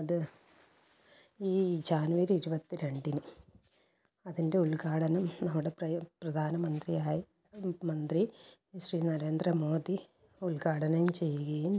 അത് ഈ ജനുവരി ഇരുപത്തിരണ്ടിന് അതിൻ്റെ ഉൽഘാടനം നമ്മുടെ പ്ര പ്രധാനമന്ത്രി ആയ മന്ത്രി ശ്രീ നരേന്ദ്ര മോദി ഉൽഘാടനം ചെയ്യുകയും